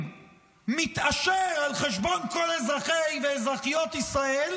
מתעשר על חשבון כל אזרחי ואזרחיות ישראל,